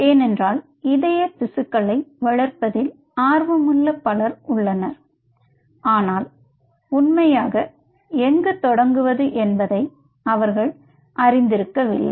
ஏனென்றால் இருதய திசுக்களை வளர்ப்பதில் ஆர்வமுள்ள பலர் உள்ளனர் ஆனால் உண்மையாக எங்கு தொடங்குவது என்பதை அவர்கள் அறிந்திருக்கவில்லை